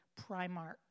Primark